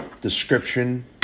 description